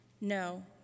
No